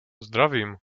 zdravím